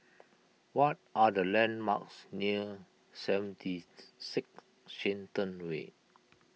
what are the landmarks near seventy six Shenton Way